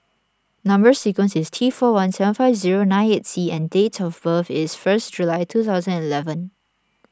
Number Sequence is T four one seven five zero nine eight C and date of birth is first July two thousand and eleven